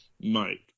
Mike